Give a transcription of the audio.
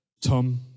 Tom